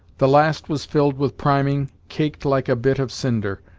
the last was filled with priming, caked like a bit of cinder,